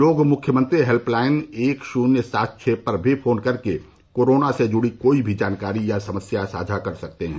लोग मुख्यमंत्री हेल्पलाइन एक शून्य सात छ पर भी फोन कर के कोरोना से जुड़ी कोई भी जा समस्या साझा कर सकते हैं